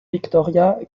victoria